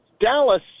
Dallas